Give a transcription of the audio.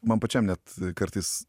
man pačiam net kartais